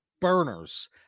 burners